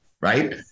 right